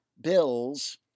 bills